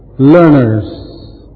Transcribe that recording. learners